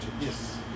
Yes